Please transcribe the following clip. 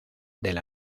del